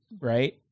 Right